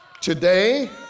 Today